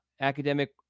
academic